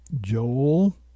Joel